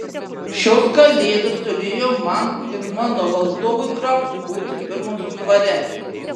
šios kalėdos turėjo man ir mano valdovui grafui būti pirmosios dvare